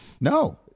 No